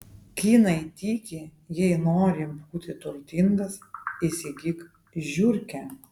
kinai tiki jei nori būti turtingas įsigyk žiurkę